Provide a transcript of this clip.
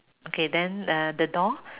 okay then uh the door